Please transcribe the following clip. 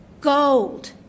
gold